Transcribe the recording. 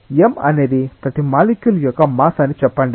M అనేది ప్రతి molecule యొక్క మాస్ అని చెప్పండి